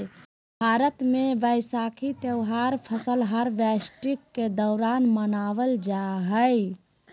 भारत मे वैसाखी त्यौहार फसल हार्वेस्टिंग के दौरान मनावल जा हय